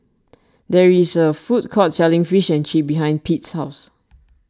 there is a food court selling Fish and Chips behind Pete's house